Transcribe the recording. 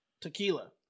tequila